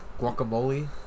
guacamole